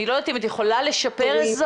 אני לא יודעת אם את יכולה לשפר אזור.